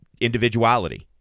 individuality